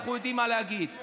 אנחנו יודעים מה להגיד.